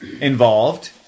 involved